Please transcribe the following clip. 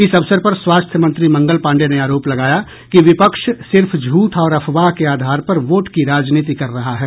इस अवसर पर स्वास्थ्य मंत्री मंगल पाण्डेय ने आरोप लगाया कि विपक्ष सिर्फ झूठ और अफवाह के आधार पर वोट की राजनीति कर रहा है